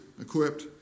equipped